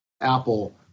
Apple